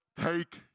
take